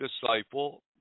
disciple